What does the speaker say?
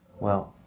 well,